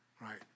Right